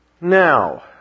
Now